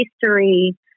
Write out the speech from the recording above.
history